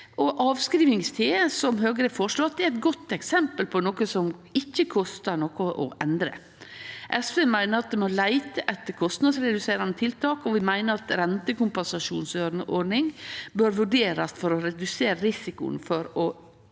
avskrivingstid, som Høgre har forslått, er eit godt eksempel på noko som ikkje kostar noko å endre. SV meiner at ein må leite etter kostnadsreduserande tiltak, og vi meiner at rentekompensasjonsordning bør vurderast for å redusere risikoen for